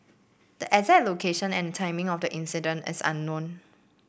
the exact location and timing of the incident is unknown